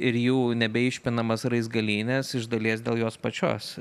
ir jų nebeišpinamas raizgalynes iš dalies dėl jos pačios